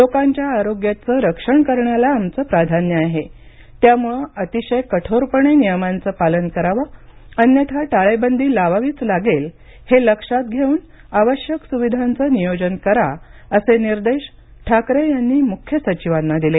लोकांच्या आरोग्याचं रक्षण करण्याला आमचं प्राधान्य आहे त्यामुळे अतिशय कठोरपणे नियमांचं पालन करावं अन्यथा टाळेबंदी लावावीच लागेल हे लक्षात घेऊन आवश्यक सुविधांचं नियोजन करा असे निर्देश ठाकरे यांनी मुख्य सचिवांना दिले